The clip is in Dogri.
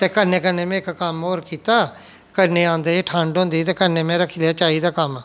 ते कन्नै कन्नै में इक कम्म होर कीता कन्नै औंदे होई ठंड होंदी ही ते कन्नै में रक्खी लेआ चाही दा कम्म